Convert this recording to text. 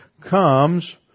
comes